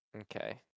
Okay